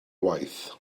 waith